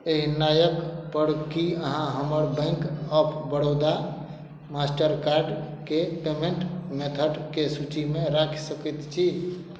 एहि नायक पर की अहाँ हमर बैंक ऑफ बड़ौदा मास्टर कार्डके पेमेंट मेथडके सूचीमे राखि सकैत छी